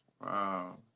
Wow